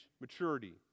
maturity